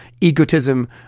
egotism